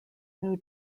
knew